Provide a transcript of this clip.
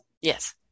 Yes